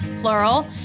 plural